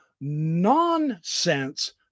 nonsense